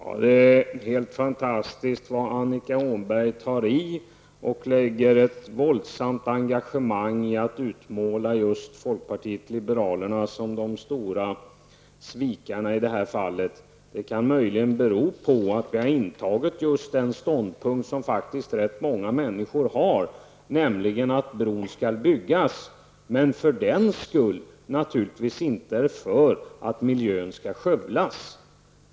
Herr talman! Det är helt fantastiskt vad Annika Åhnberg tar i. Hon engagerar sig våldsamt för att utmåla just folkpartiet liberalerna som i det här fallet är de stora svikarna. Möjligen kan det bero på att vi har intagit just den ståndpunkt som faktiskt rätt många människor intar, nämligen att bron skall byggas. För den skull är vi naturligtvis inte för att miljön skall skövlas.